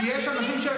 כי יש אנשים,